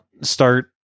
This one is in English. start